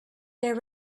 there